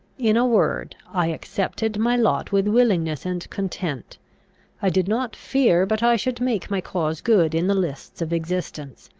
in a word, i accepted my lot with willingness and content i did not fear but i should make my cause good in the lists of existence.